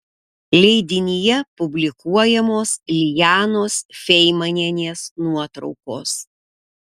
leidinyje publikuojamos lijanos feimanienės nuotraukos